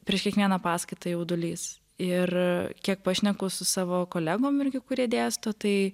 prieš kiekvieną paskaitą jaudulys ir kiek pašneku su savo kolegom irgi kurie dėsto tai